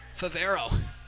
Favero